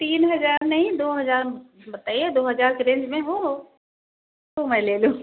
तीन हजार नहीं दो हजार बताइए दो हजार के रेंज में हो तो मैं ले लूँ